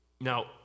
Now